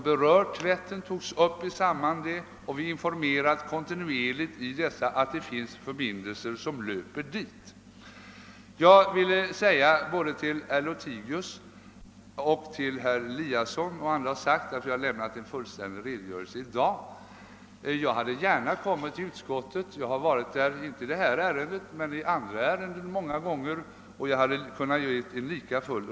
Till både herr Lothigius och till herr Eliasson i Sundborn vill jag säga att den fullständiga redogörelse jag lämnat i dag, skulle jag gärna ha kommit till utskottet och lämnat. Jag har varit där många gånger — i andra sammanhang.